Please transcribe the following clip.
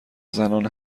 زنان